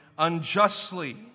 unjustly